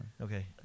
Okay